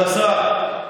כבוד השר,